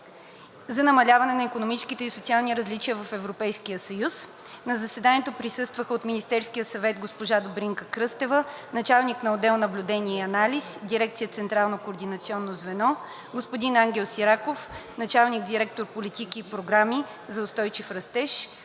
за намаляване на икономическите и социалните различия в Европейския съюз. На заседанието присъстваха: от Министерски съвет – госпожа Добринка Кръстева, началник на отдел „Наблюдение и анализ“, дирекция „Централно координационно звено“; господин Ангел Сираков – началник сектор „Политики и програми за устойчив растеж“.